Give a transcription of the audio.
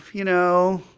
you know,